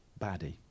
baddie